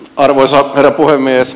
arvoisa herra puhemies